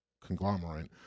conglomerate